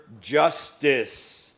justice